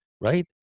right